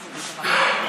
חבר הכנסת עבד אל חכים חאג'